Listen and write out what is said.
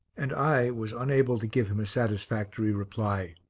and i was unable to give him a satisfactory reply.